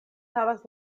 havas